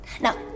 Now